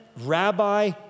rabbi